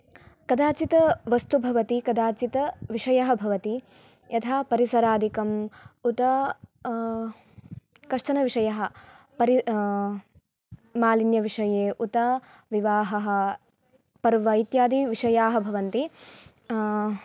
कदाचित् वस्तु भवति कदाचित् विषयः भवति यथा परिसरादिकं उत कश्चनविषयः परि मालिन्यविषये उत विवाहः पर्व इत्यादि विशयाः भवन्ति